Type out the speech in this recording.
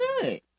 good